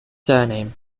surname